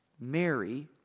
Mary